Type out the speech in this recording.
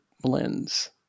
blends